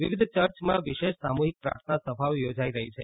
વિવિધ ચર્ચમાં વિશેષ સામૂહિક પ્રાર્થનાસભાઓ યોજાઈ રહી છે